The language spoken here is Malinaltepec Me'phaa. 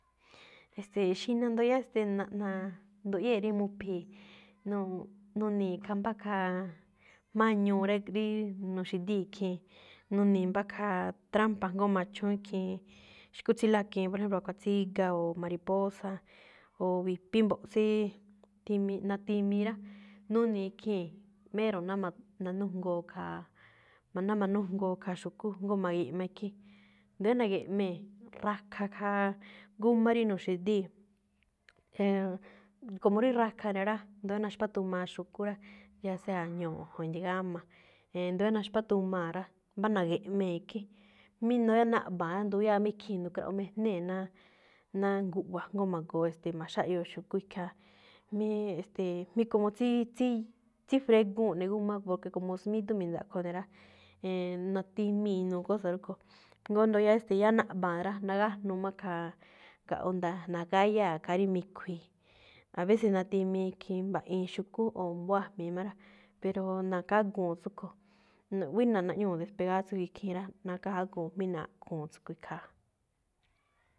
E̱ste̱e̱, xina nduyáá, ste̱e̱, na̱ꞌna̱a̱, nduꞌyée̱ rí mu̱phi̱i̱. Nu̱n- nuni̱i̱ kha mbá khaa jma̱á ñuu rá, rí nu̱xi̱díi̱ khii̱n, nuni̱i̱ mbá khaa trampa jngó ma̱chúún ikhiin xkú tsí lákiin. Por ejemplo akuán tsíga o mariposa, o bi̱pí mbo̱. Tsí timii natimii rá, nuni̱i̱ khii̱n mero̱ ná ma̱-nanújngoo khaa, jndo ná ma̱nújngoo khaa xúkú, jngó ma̱gi̱ꞌma ikhín. Nde̱é na̱gi̱ꞌmee̱, rakha khaa gúmá rí nu̱xi̱díi̱. Este̱e̱, como rí rakha ne̱ rá, ndo̱ó naxpát aa xu̱kú rá, ya sea ño̱jo̱n, i̱ndi̱gaꞌma̱ꞌ. Éndo̱ó naxpát aa̱ rá, mbá na̱gi̱ꞌmee̱ ikhín, mínu rá naꞌmba̱a̱ rá, nduyáa̱ máꞌ ikhii̱n nu̱kraꞌ ijnée ná náa ngu̱wa̱ jngó magoo̱, e̱ste̱e̱, ma̱xáꞌyoo xu̱kú ikhaa. Míí e̱ste̱e̱, mí como tsí- tsí- tsífregúu̱n eꞌne gúmá, porque como smídú mi̱ndaꞌkho ne̱ rá, e̱e̱n natimii̱ inuu kósa̱ rúꞌkho̱. Jngó ndóo yáá, e̱ste̱e̱, naꞌmba̱a̱n rá, nagájnuu máꞌ khaa ga̱ꞌwu nda̱-nagáyáa khaa rí mi̱khui̱i̱. A veces natimii khiin mbaꞌiin xu̱kú, o mbóó a̱jmi̱i má rá, pero nakáguu̱n tsúꞌkho̱. M buína̱ naꞌñúu̱ despegar ikhín rá, na̱ka̱jaguu̱n mí naꞌkhúu̱n tsúꞌkho̱ ikhaa̱.